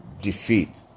defeat